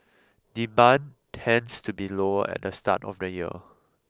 demand tends to be lower at the start of the year